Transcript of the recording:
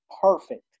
perfect